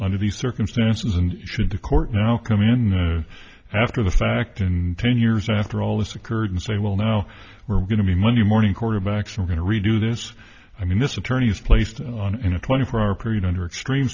under these circumstances and should the court now come in the after the fact and ten years after all this occurred and say well now we're going to be monday morning quarterbacks are going to redo this i mean this attorney's placed on a twenty four hour period under extreme